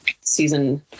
season